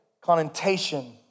connotation